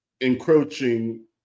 encroaching